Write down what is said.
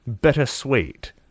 bittersweet